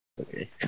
Okay